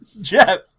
Jeff